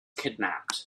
kidnapped